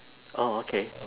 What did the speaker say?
orh okay